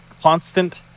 constant